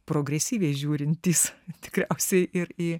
progresyviai žiūrintys tikriausiai ir į